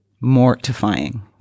mortifying